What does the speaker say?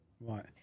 Right